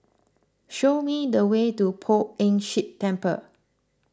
show me the way to Poh Ern Shih Temple